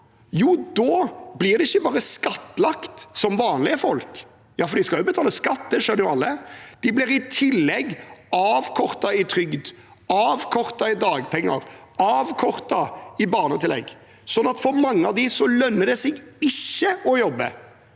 Jo, da blir de ikke bare skattlagt som vanlige folk – ja, for de skal jo betale skatt, det skjønner alle – de får i tillegg avkortet trygden, avkortet dagpengene og avkortet barnetillegget, sånn at for mange av dem lønner det seg ikke å jobbe.